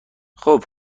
خوب